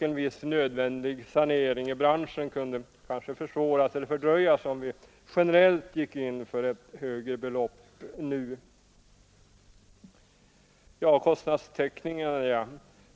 En viss nödvändig sanering i branschen kunde kanske försvåras eller fördröjas om vi generellt gick in för ett högre belopp nu. Så var det kostnadstäckningarna.